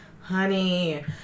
honey